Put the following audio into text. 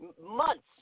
months